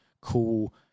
cool